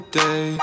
day